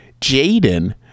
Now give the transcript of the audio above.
Jaden